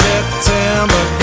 September